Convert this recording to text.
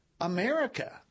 America